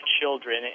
children